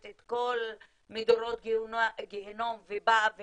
את כל מדורי הגיהינום ובאה ומתלוננת,